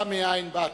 דע מאין באת.